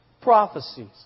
prophecies